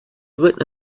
lit